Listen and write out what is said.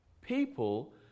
people